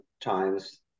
times